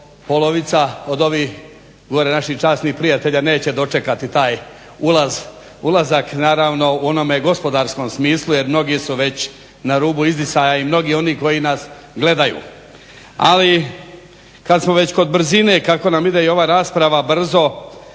polovica od ovih gore naših časnih prijatelja neće dočekati taj ulazak, naravno u onome gospodarskom smislu. Jer mnogi su već na rubu izdisaja i mnogi oni koji nas gledaju. Ali, kad smo već kod brzine kako nam ide i ova rasprava brzo